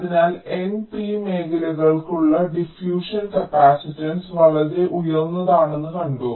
അതിനാൽ n p മേഖലകൾക്കുള്ള diffusion capacitance വളരെ ഉയർന്നതാണെന്ന് ഞങ്ങൾ കണ്ടു